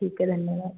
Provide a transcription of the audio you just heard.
ठीक है धन्यवाद